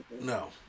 No